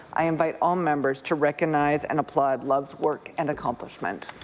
i invite all members to recognize and applaud love's work and accomplishment.